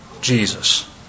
Jesus